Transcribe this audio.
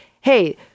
Hey